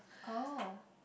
oh